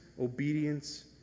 obedience